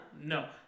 No